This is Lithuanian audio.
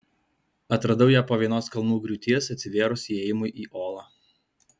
atradau ją po vienos kalnų griūties atsivėrus įėjimui į olą